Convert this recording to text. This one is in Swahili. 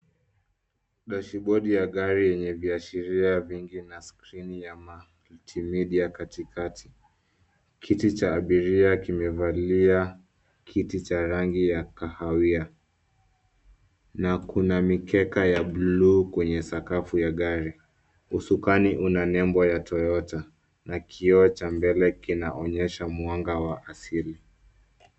Dashibodi ya gari yenye viashiria vingi na skrini ya multimedia katikati. Kiti cha abiria kimevalia kiti cha rangi ya kahawia na kuna mikeka ya buluu kwenye sakafu ya gari. Usukani una nembo ya Toyota na kioo cha mbele kinaonyesha mwanga wa asili.